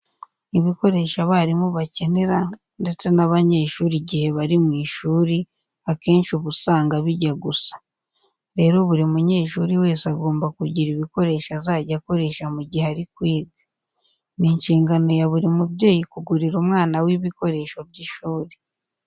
Ibikoresho abarimu bakenera ndetse n'abanyeshuri igihe bari mu ishuri akenshi uba usanga bijya gusa. Rero buri munyeshuri wese agomba kugira ibikoresho azajya akoresha mu gihe ari kwiga. Ni inshingano ya buri mubyeyi kugurira umwana we ibikoresho by'ishuri.